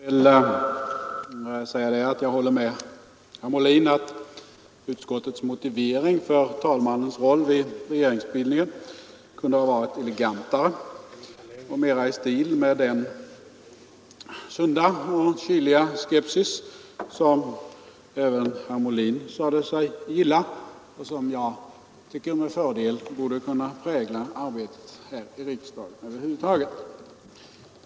Herr talman! Jag håller med herr Molin om att utskottets motivering för talmannens roll vid regeringsbildningen kunde ha varit elegantare och mera genomsyrad av den sunda och kyliga skepsis som herr Molin sade sig gilla, och som — tycker jag — med fördel kunde prägla arbetet här i riksdagen över huvud taget.